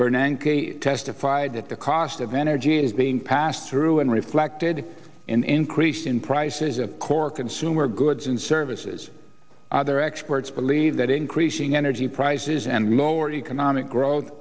bernanke testified that the cost of energy is being passed through and reflected in increase in prices of core consumer goods and services other experts believe that increasing energy prices and lower economic growth